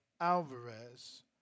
Alvarez